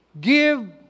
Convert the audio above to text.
Give